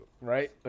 Right